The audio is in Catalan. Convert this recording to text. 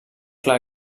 clar